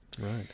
Right